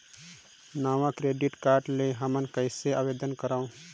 नवा debit card ले हमन कइसे आवेदन करंव?